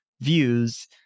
views